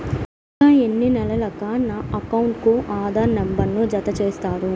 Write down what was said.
ఇంకా ఎన్ని నెలలక నా అకౌంట్కు ఆధార్ నంబర్ను జత చేస్తారు?